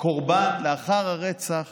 קורבן לאחר הרצח